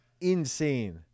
Insane